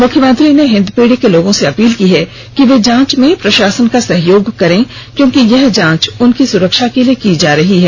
मुख्यमंत्री ने हिन्दपीढ़ी के लोगों से अपील की है कि वे जांच में प्रशासन का सहयोग करें क्योंकि यह जांच उनकी सुरक्षा के लिए की जा रही है